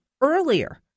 earlier